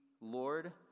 lord